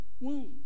wound